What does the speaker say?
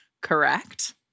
correct